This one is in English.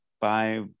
five